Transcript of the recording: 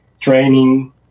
training